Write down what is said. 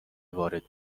وارد